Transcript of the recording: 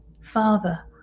Father